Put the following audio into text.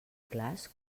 clars